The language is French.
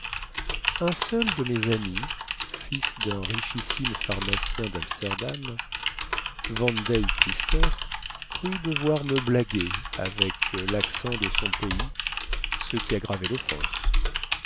un seul de mes amis fils dun richissime pharmacien damsterdam van deyck lister crut devoir me blaguer avec laccent de son pays ce qui aggravait loffense